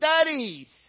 studies